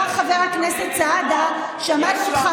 חקרו אותו שש שנים חקירה,